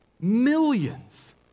millions